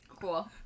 Cool